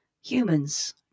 humans